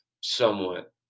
somewhat